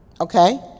Okay